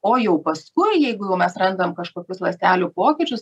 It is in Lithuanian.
o jau paskui jeigu jau mes randame kažkokius ląstelių pokyčius